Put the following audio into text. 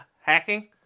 hacking